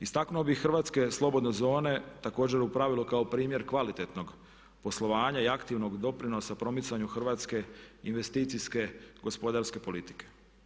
Istaknuo bih Hrvatske slobodne zone, također u pravilu kao primjer kvalitetnog poslovanja i aktivnog doprinosa promicanju Hrvatske investicijske gospodarske politike.